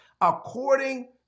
according